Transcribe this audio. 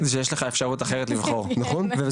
זה שיש לך אפשרות אחרת לבחור.